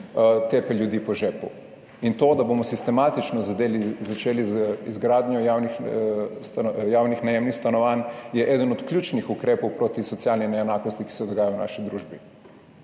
tepe ljudi po žepu. To, da bomo sistematično začeli z izgradnjo javnih najemnih stanovanj, je eden od ključnih ukrepov proti socialni neenakosti, ki se dogaja v naši družbi.